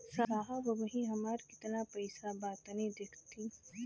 साहब अबहीं हमार कितना पइसा बा तनि देखति?